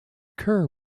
kerr